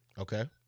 Okay